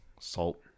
salt